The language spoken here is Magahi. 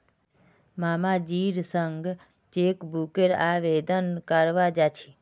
मामाजीर संग चेकबुकेर आवेदन करवा जा छि